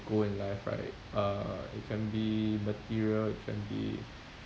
goal in life right uh it can be material it can be